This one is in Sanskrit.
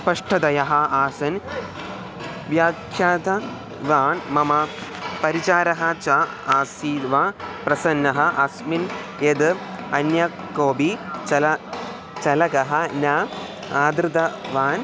स्पष्टतया आसन् व्याख्यातवान् मम परिचारः च आसीद् वा प्रसन्नः अस्मिन् यद् अन्य कोऽपि चल चालकः न आहूतवान्